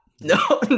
no